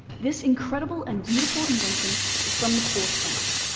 this incredible and beautiful invention is from the fourth century.